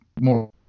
more